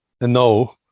No